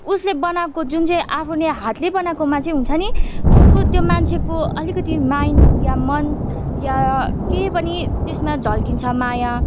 उसले बनाएको जुन चाहिँ आफ्नै हातले बनाएकोमा चाहिँ हुन्छ नि उसको त्यो मान्छेको अलिकति माइन्ड या मन या केही पनि त्यसमा झल्किन्छ माया